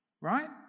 Right